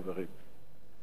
חברים.